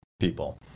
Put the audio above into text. people